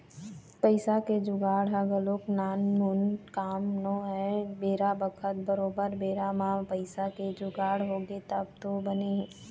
पइसा के जुगाड़ ह घलोक नानमुन काम नोहय बेरा बखत बरोबर बेरा म पइसा के जुगाड़ होगे तब तो बने हे